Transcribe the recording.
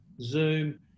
Zoom